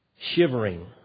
Shivering